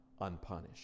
unpunished